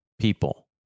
people